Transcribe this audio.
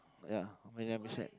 ya Marina Bay Sands